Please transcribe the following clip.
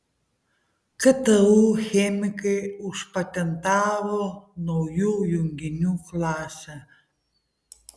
ktu chemikai užpatentavo naujų junginių klasę